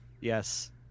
Yes